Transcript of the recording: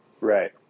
Right